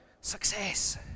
success